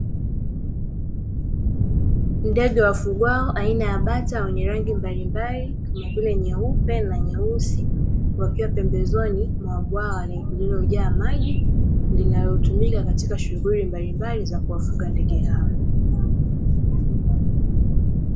Ndege wafugwao aina bata wenye rangi mbalimbali kama vile nyeupe na nyeusi, wakiwa pembezoni mwa bwawa lililojaa maji linalotumika katika shughuli mbalimbali za kuwafuga ndege hao.